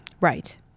Right